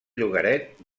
llogaret